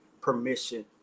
permission